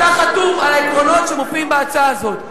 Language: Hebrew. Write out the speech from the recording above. אתה חתום על העקרונות שמופיעים בהצעה הזאת.